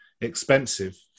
expensive